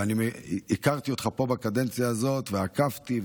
ואני הכרתי אותך בקדנציה הזאת ועקבתי,